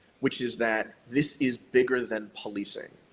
which is that this is bigger than policing.